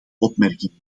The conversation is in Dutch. opmerkingen